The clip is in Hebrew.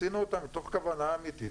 עשינו אותה מתוך כוונה אמיתית